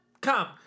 Come